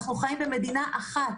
אנחנו חיים במדינה אחת.